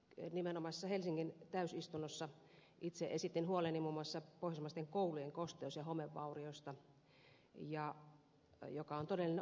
tuossa nimenomaisessa helsingin täysistunnossa itse esitin huoleni muun muassa pohjoismaisten koulujen kosteus ja homevaurioista mikä on todellinen ongelma pohjoismaissa